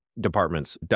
departments